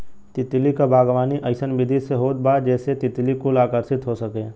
तितली क बागवानी अइसन विधि से होत बा जेसे तितली कुल आकर्षित हो सके